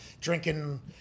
drinking